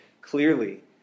clearly